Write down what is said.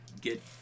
get